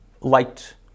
liked